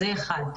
זה אחד.